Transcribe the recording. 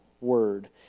word